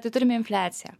tai turime infliaciją